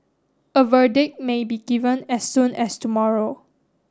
a verdict may be given as soon as tomorrow